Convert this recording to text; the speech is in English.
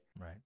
Right